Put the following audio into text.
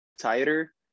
tighter